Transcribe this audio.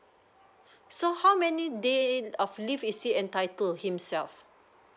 so how many day of leave is he's entitled himself